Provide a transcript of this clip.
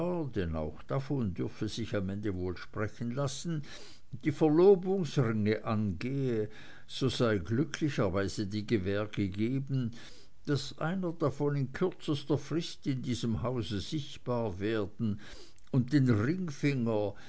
auch davon dürfe sich am ende wohl sprechen lassen die verlobungsringe angehe so sei glücklicherweise die gewähr gegeben daß einer davon in kürzester frist in diesem hause sichtbar werden und den ringfinger